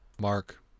Mark